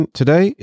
today